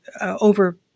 over